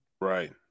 Right